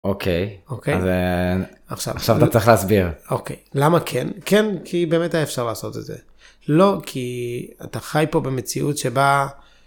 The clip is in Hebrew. אוקיי אוקיי עכשיו צריך להסביר למה כן? כן כי באמת אפשר לעשות את זה; לא כי אתה חי פה במציאות שבה.